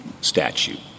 statute